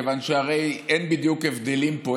כיוון שהרי אין בדיוק הבדלים פה,